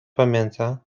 pamięta